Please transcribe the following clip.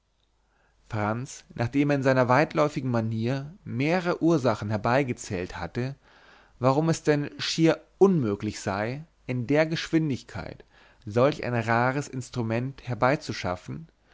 franz nachdem er in seiner weitläufigen manier mehrere ursachen hergezählt hatte warum es denn schier unmöglich sei in der geschwindigkeit solch ein rares instrument herbeizuschaffen